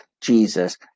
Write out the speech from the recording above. Jesus